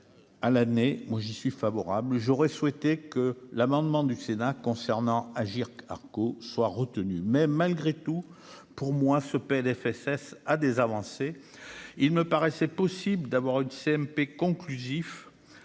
à l'année, moi j'y suis favorable, j'aurais souhaité que l'amendement du Sénat concernant Agirc-Arrco soit retenue, mais malgré tout, pour moi ce PLFSS à des avancées. Il me paraissait possible, d'abord une CMP conclusive